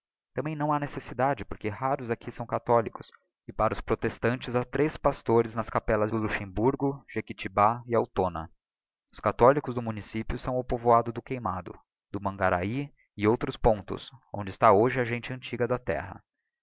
também não ha necessidade porque raros são aqui os catholicos e para os protestantes ha três pastores nas capellas do luxemburgo jequitibcá e altona os catholicos do município são o povo do queimado do mangarahy e outros pontos onde está hoje a gente antiga da terra